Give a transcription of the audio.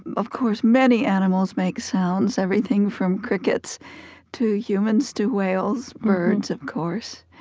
of course, many animals make sounds, everything from crickets to humans to whales birds, of course,